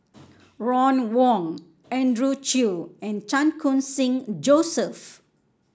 Ron Wong Andrew Chew and Chan Khun Sing Joseph